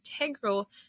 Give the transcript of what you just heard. integral